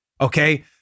Okay